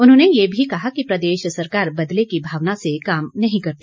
उन्होंने ये भी कहा कि प्रदेश सरकार बदले की भावना से काम नहीं करती